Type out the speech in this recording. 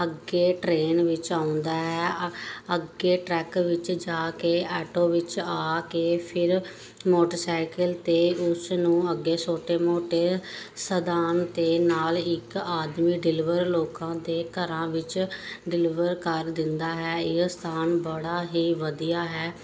ਅੱਗੇ ਟਰੇਨ ਵਿੱਚ ਆਉਂਦਾ ਹੈ ਅੱਗੇ ਟਰੱਕ ਵਿੱਚ ਜਾ ਕੇ ਐਟੋ ਵਿੱਚ ਆ ਕੇ ਫਿਰ ਮੋਟਰਸਾਈਕਲ 'ਤੇ ਉਸ ਨੂੰ ਅੱਗੇ ਛੋਟੇ ਮੋਟੇ ਸਾਧਨ 'ਤੇ ਨਾਲ ਇੱਕ ਆਦਮੀ ਡਿਲੀਵਰ ਲੋਕਾਂ ਦੇ ਘਰਾਂ ਵਿੱਚ ਡਿਲੀਵਰ ਕਰ ਦਿੰਦਾ ਹੈ ਇਹ ਸਾਧਨ ਬੜਾ ਹੀ ਵਧੀਆ ਹੈ